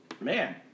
man